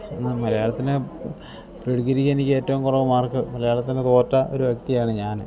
മലയാളത്തിന് പ്രീഡിഗ്രിക്കെനിക്കേറ്റവും കുറവ് മാർക്ക് മലയാളത്തിന് തോറ്റ ഒരു വ്യക്തിയാണ് ഞാന്